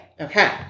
okay